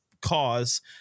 cause